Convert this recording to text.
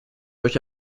euch